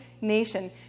nation